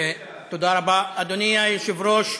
אדוני היושב-ראש,